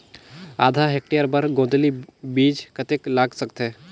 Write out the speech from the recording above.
आधा हेक्टेयर बर गोंदली बीच कतेक लाग सकथे?